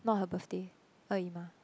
not her birthday